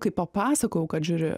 kai papasakojau kad žiūriu